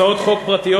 הצעות חוק פרטיות,